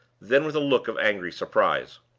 then with a look of angry surprise.